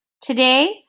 Today